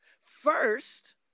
First